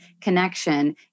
connection